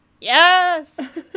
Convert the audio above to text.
Yes